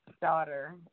daughter